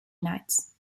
nights